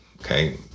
Okay